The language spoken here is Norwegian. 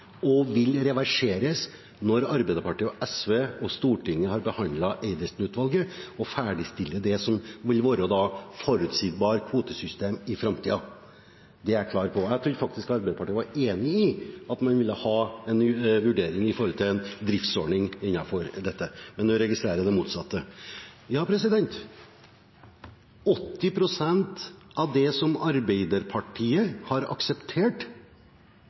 og vil reverseres når Arbeiderpartiet og SV og Stortinget har behandlet Eidesen-utvalget, og ferdigstiller det som da vil være et forutsigbart kvotesystem i framtiden. Det er jeg klar på. Jeg trodde faktisk Arbeiderpartiet var enig i at man ville ha en vurdering av en driftsordning innenfor dette, men nå registrerer jeg det motsatte. Ja, 80 pst. av det som Arbeiderpartiet har akseptert,